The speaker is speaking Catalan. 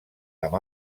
amb